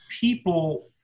People